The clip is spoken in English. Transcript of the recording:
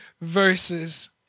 verses